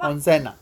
onsen ah